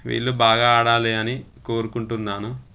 వీళ్ళు బాగా ఆడాలి అని కోరుకుంటున్నాను